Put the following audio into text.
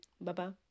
Bye-bye